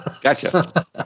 Gotcha